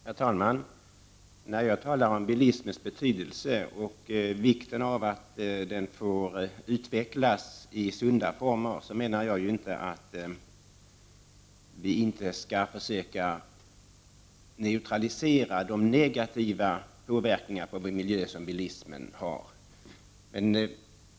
Herr talman! När jag talar om bilismens betydelse och vikten av att den får utvecklas i sunda former menar jag ju inte att vi inte skall försöka neutralisera bilismens negativa påverkningar på miljön.